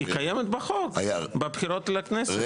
היא קיימת בחוק בבחירות לכנסת.